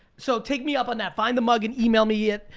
so take me up on that, find the mug and email me it,